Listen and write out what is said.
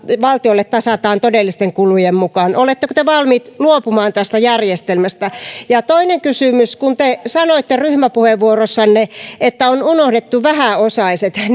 valtiolle tasataan todellisten kulujen mukaan oletteko te valmiit luopumaan tästä järjestelmästä ja toinen kysymys kun te sanoitte ryhmäpuheenvuorossanne että on unohdettu vähäosaiset